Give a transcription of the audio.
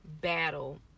battle